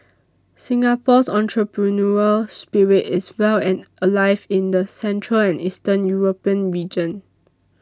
Singapore's entrepreneurial spirit is well and alive in the central and Eastern European region